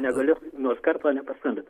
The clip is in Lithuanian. negaliu nors karto nepaskambint